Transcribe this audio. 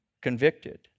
convicted